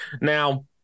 Now